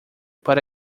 para